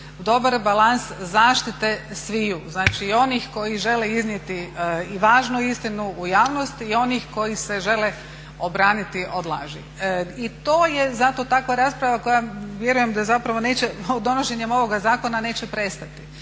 dobar balans zaštite sviju. Znači i onih koji žele iznijeti i važnu istinu u javnosti i onih koji se žele obraniti od laži. I to je zato takva rasprava koja vjerujem da zapravo neće donošenjem ovoga zakona neće prestati